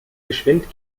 geschwind